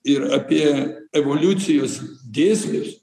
ir apie evoliucijos dėsnius